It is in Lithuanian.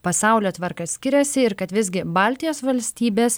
pasaulio tvarką skiriasi ir kad visgi baltijos valstybės